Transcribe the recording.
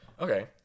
Okay